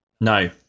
No